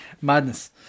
Madness